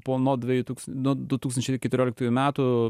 po nuo dvejų tūks nuo du tūkstančiai keturioliktųjų metų